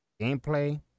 Gameplay